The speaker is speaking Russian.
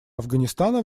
афганистана